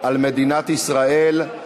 על מדינת ישראל).